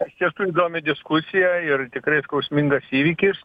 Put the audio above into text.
iš tiesų įdomi diskusija ir tikrai skausmingas įvykis